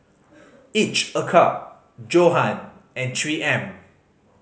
Each a Cup Johan and Three M